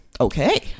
Okay